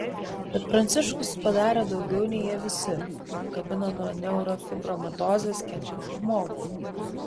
bet pranciškus padarė daugiau nei jie visi kai apkabino nuo neurofibromatozės kenčiantį žmogų